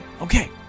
Okay